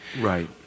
Right